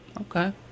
Okay